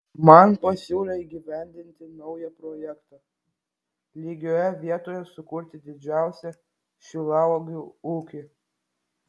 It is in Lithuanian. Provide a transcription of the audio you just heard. man pasiūlė įgyvendinti naują projektą lygioje vietoje sukurti didžiausią šilauogių ūkį